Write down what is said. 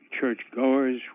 Churchgoers